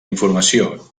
informació